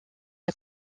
est